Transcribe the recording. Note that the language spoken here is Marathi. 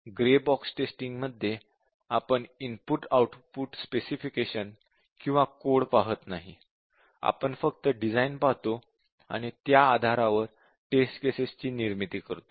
ग्रे बॉक्स टेस्टिंग मध्ये आपण इनपुट आउटपुट स्पेसिफिकेशन्स किंवा कोड पाहत नाही आपण फक्त डिझाईन पाहतो आणि त्यावर आधारित टेस्ट केसेस ची निर्मिती करतो